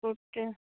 scooty